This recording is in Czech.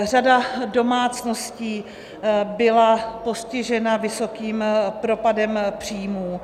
Řada domácností byla postižena vysokým propadem příjmů.